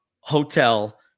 hotel